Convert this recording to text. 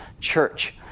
church